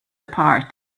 apart